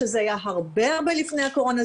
שזה היה הרבה הרבה לפני הקורונה,